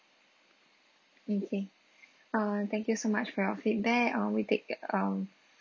okay uh thank you so much for your feedback uh we take uh um